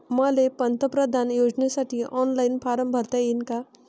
मले पंतप्रधान योजनेसाठी ऑनलाईन फारम भरता येईन का?